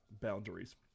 boundaries